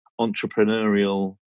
entrepreneurial